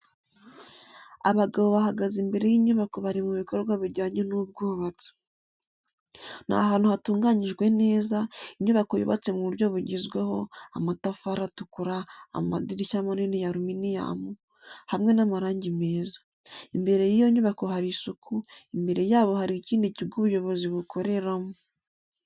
Abagabo bahagaze imbere y’inyubako bari mu bikorwa bijyanye n’ubwubatsi. Ni ahantu hatunganyijwe neza, inyubako yubatswe mu buryo bugezweho: amatafari atukura, amadirishya manini ya aluminium, hamwe n’amarangi meza. Imbere y’iyo nyubako hari isuku, imbere yabo hari ikindi kigo ubuyobozi bukoreramo.